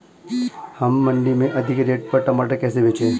हम मंडी में अधिक रेट पर टमाटर कैसे बेचें?